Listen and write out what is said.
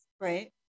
right